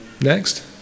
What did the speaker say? Next